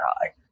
high